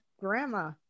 grandma